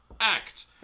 act